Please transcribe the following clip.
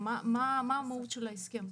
מה המהות של ההסכם?